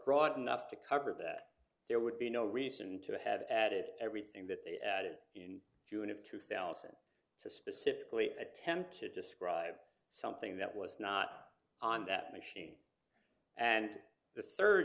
broad enough to cover that there would be no reason to have added everything that they did in june of two thousand to specifically attempt to describe something that was not on that machine and the third